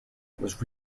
was